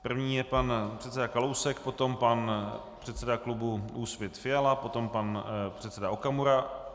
První je pan předseda Kalousek, potom pan předseda klubu Úsvit Fiala, potom pan předseda Okamura...